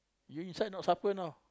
you inside not suffer you know